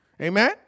Amen